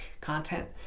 content